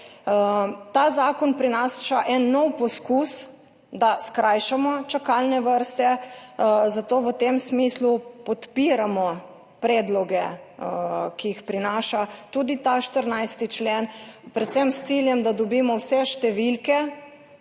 Ta zakon prinaša en nov poskus, da skrajšamo čakalne vrste, zato v tem smislu podpiramo predloge, ki jih prinaša tudi ta 14. člen, predvsem s ciljem, da dobimo vse številke,